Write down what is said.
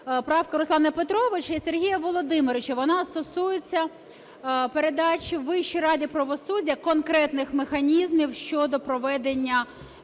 правка Руслана Петровича і Сергія Володимировича, вона стосується передачі Вищій раді правосуддя конкретних механізмів щодо проведення